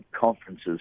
conferences